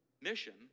mission